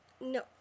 No